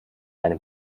einem